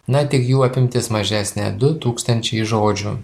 na tik jų apimtis mažesnė du tūkstančiai žodžių